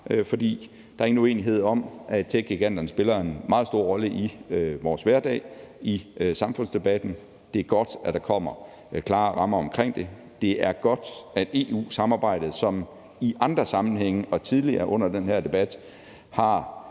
der er ikke uenighed om, at techgiganterne spiller en meget stor rolle i vores hverdag og i samfundsdebatten. Det er godt, at der kommer klare rammer omkring det. EU-samarbejdets medlemmer er i andre sammenhænge og tidligere under den her debat